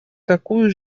какую